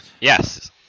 Yes